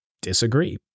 disagree